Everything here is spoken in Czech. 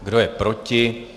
Kdo je proti?